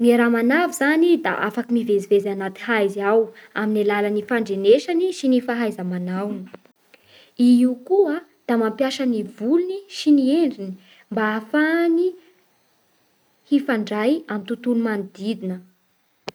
Ny ramanavy zany da afaky mivezivezy agnaty haizy ao amin'ny alalan'ny fandrenesany sy ny fahaiza-manaogny. I io koa da mampiasa ny volony sy ny endriny mba ahafahany hifandray amin'ny tontolo manodidigna.